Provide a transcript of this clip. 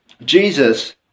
Jesus